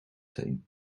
teen